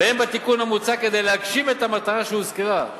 ואין בתיקון המוצע כדי להגשים את המטרה שהוזכרה.